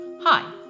Hi